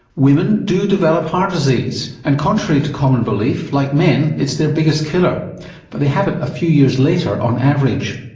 women do develop heart disease and contrary to common belief like men it's their biggest killer but they have it a few years later on average.